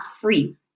free